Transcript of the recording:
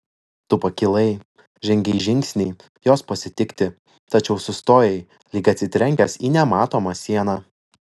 tu pakilai žengei žingsnį jos pasitikti tačiau sustojai lyg atsitrenkęs į nematomą sieną